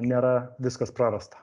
nėra viskas prarasta